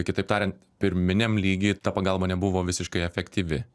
kitaip tariant pirminiam lygy ta pagalba nebuvo visiškai efektyvi